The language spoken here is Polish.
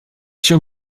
się